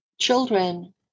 children